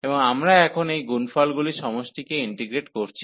এবং আমরা এখন এই গুনফলগুলির সমষ্টিকে ইন্টিগ্রেট করছি